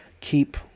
keep